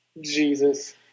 Jesus